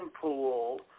pool